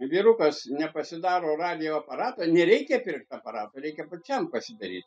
vyrukas nepasidaro radijo aparato nereikia pirkti aparato reikia pačiam pasidaryt